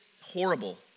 horrible